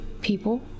people